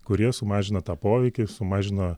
kurie sumažina tą poveikį sumažina